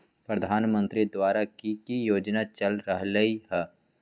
प्रधानमंत्री द्वारा की की योजना चल रहलई ह?